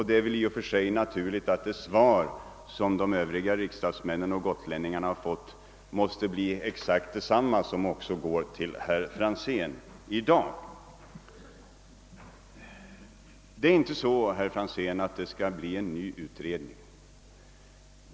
Det är väl i och för sig naturligt att det svar som herr Franzén fått i dag måste bli exakt detsamma som det de övriga gotländska riksdagsmännen och gotlänningarna fått. Det skall inte bli någon ny utredning, herr Franzén.